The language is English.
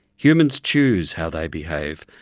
humans choose how they behave.